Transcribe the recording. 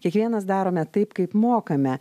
kiekvienas darome taip kaip mokame